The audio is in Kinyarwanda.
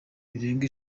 birenga